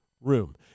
room